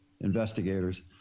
investigators